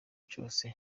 cyose